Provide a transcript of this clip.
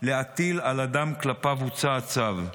להטיל על אדם שכלפיו הוצא הצו: